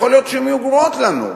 יכול להיות שהן יהיו גרועות לנו,